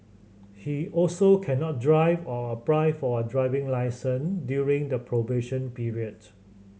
he also cannot drive or apply for a driving licence during the probation period